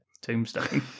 tombstone